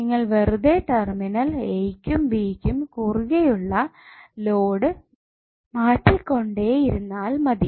നിങ്ങൾ വെറുതെ terminal a യ്ക്കും b യ്ക്കും കുറുകെ ഉള്ള ലോഡ് മാറ്റിക്കൊണ്ടേ ഇരുന്നാൽ മതി